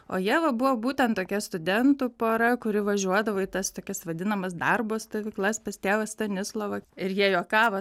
o jie va buvo būtent tokia studentų pora kuri važiuodavo į tas tokias vadinamas darbo stovyklas pas tėvą stanislovą ir jie juokavo